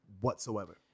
whatsoever